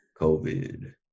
COVID